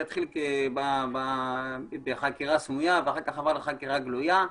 זה התחיל בחקירה סמויה ואחר כך עבר לחקירה גלויה.